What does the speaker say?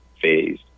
phase